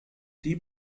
die